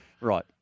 Right